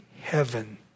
heaven